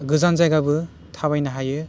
गोजान जायगाबो थाबायनो हायो